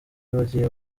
bagiye